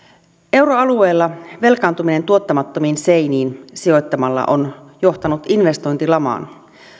euroalueella velkaantuminen tuottamattomiin seiniin sijoittamalla on johtanut investointilamaan